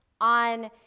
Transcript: on